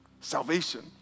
salvation